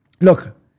Look